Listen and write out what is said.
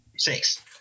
Six